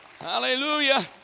Hallelujah